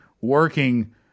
working